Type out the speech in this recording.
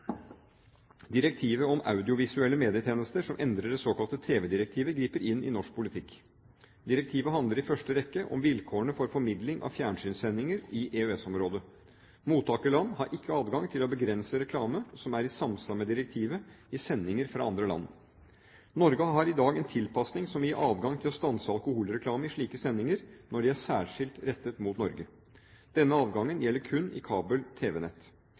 Direktivet om audiovisuelle medietjenester, som endrer det såkalte tv-direktivet, griper inn i norsk politikk. Direktivet handler i første rekke om vilkårene for formidling av fjernsynssendinger i EØS-området. Mottakerland har ikke adgang til å begrense reklame som er i samsvar med direktivet i sendinger fra andre land. Norge har i dag en tilpasning som gir adgang til å stanse alkoholreklame i slike sendinger, når de er særskilt rettet mot Norge. Denne adgangen gjelder kun i